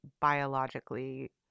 biologically